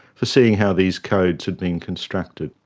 for seeing how these codes had been constructed.